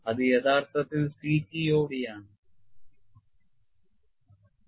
അത് യഥാർത്ഥത്തിൽ CTOD ആണ്